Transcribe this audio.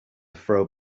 throw